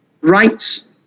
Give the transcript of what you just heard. rights